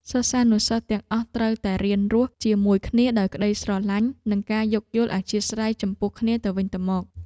សិស្សានុសិស្សទាំងអស់ត្រូវតែរៀនរស់នៅជាមួយគ្នាដោយក្តីស្រឡាញ់ និងការយោគយល់អធ្យាស្រ័យចំពោះគ្នាទៅវិញទៅមក។